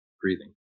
breathing